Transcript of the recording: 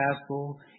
castle